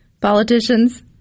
politicians